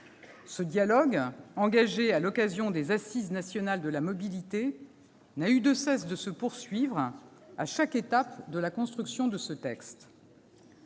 Ce dialogue, engagé à l'occasion des Assises nationales de la mobilité, n'a eu de cesse de se poursuivre à chaque étape de la construction du texte.